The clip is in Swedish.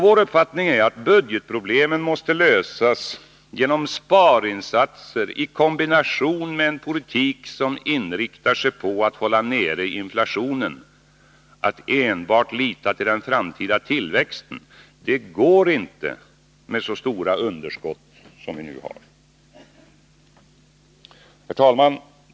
Vår uppfattning är att budgetproblemen måste lösas genom sparinsatser i kombination med en politik som inriktar sig på att hålla nere inflationen. Att enbart lita till den framtida tillväxten går inte med så stora underskott som vi nu har. Herr talman!